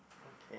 okay